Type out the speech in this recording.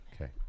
Okay